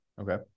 Okay